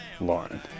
Lauren